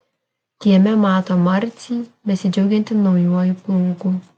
kieme mato marcį besidžiaugiantį naujuoju plūgu